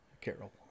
Carol